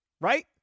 Right